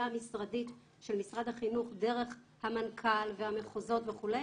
המשרדית של משרד החינוך דרך המנכ"ל והמחוזות וכו',